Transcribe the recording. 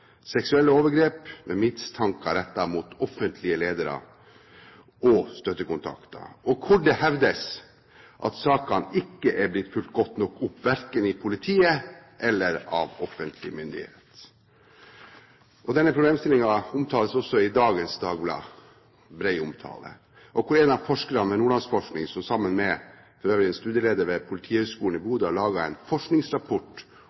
seksuelle overgrep, med mistanke rettet mot offentlige ledere og støttekontakter, hvor det hevdes at sakene ikke er blitt fulgt godt nok opp, verken i politiet eller av offentlig myndighet. Denne problemstillingen omtales også i dagens Dagbladet, en bred omtale, hvor en av forskerne ved Nordlandsforskning sammen med en studieleder ved Politihøgskolen i